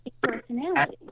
personality